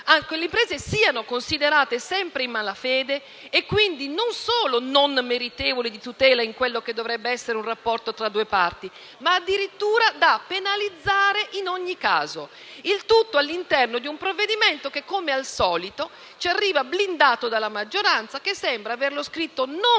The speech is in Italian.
le imprese siano considerate sempre in malafede e, quindi, non solo non meritevoli di tutela in quello che dovrebbe essere un rapporto tra due parti, ma - addirittura - da penalizzare in ogni caso. Il tutto all'interno di un provvedimento che, come al solito, ci arriva blindato dalla maggioranza, che sembra averlo scritto non pensando